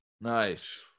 Nice